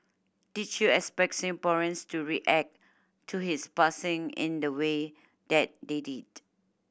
did you expect Singaporeans to react to his passing in the way that they did